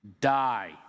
die